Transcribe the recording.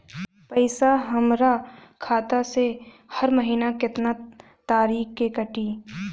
पैसा हमरा खाता से हर महीना केतना तारीक के कटी?